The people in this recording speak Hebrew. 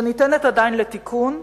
שניתנת עדיין לתיקון,